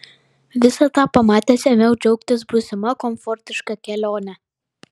visą tą pamatęs ėmiau džiaugtis būsima komfortiška kelione